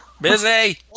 busy